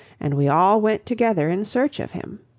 and we all went together in search of him.